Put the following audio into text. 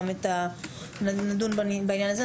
נדון בעניין הזה,